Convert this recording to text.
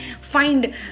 find